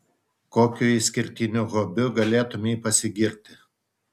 kokiu išskirtiniu hobiu galėtumei pasigirti